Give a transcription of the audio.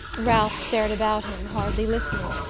ralph stared about him, hardly listening.